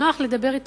או נוח לדבר אתו,